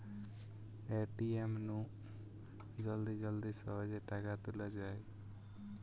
ATM নু জলদি জলদি সহজে টাকা তুলা যায়